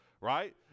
right